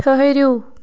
ٹھٕہرِو